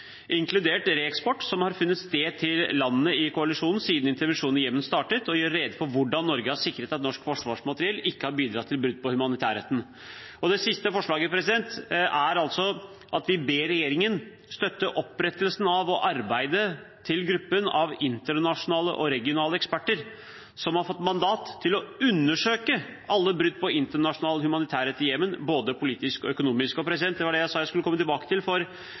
som har funnet sted til landene i koalisjonen siden intervensjonen i Jemen startet, og gjøre rede for hvordan Norge har sikret at norsk forsvarsmateriell ikke har bidratt til brudd på humanitærretten». Det siste forslaget handler om at vi «ber regjeringen støtte opprettelsen av og arbeidet til gruppen av internasjonale og regionale eksperter som har fått mandat til å undersøke alle brudd på internasjonal humanitærrett i Jemen, både politisk og økonomisk». Det var det jeg sa jeg skulle komme tilbake til,